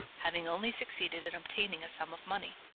having only succeeded in obtaining a sum of money,